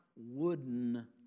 wooden